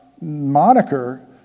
moniker